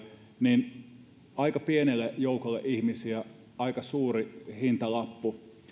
niin aika pienelle joukolle ihmisiä aika suuri hintalappu